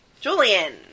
Julian